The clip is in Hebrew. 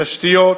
התשתיות,